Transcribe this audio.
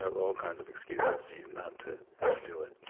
ah all kinds of excuses for you not to to do it.